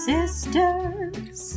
Sisters